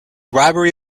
bribery